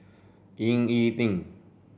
Ying E Ding